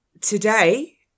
today